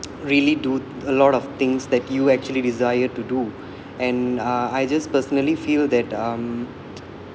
really do a lot of things that you actually desire to do and uh I just personally feel that um